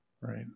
right